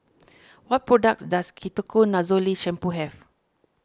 what products does Ketoconazole Shampoo have